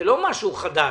זה לא משהו חדש.